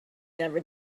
never